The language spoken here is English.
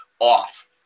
off